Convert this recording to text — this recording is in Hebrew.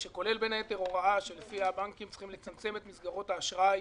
כולל בין היתר הוראה שלפיה הבנקים צריכים לצמצם את מסגרות האשראי